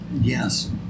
yes